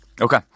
Okay